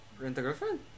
Rent-A-Girlfriend